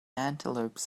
antelopes